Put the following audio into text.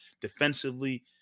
defensively